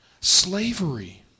Slavery